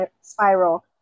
spiral